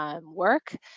work